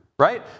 Right